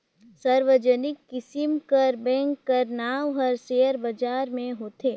सार्वजनिक किसिम कर बेंक कर नांव हर सेयर बजार में होथे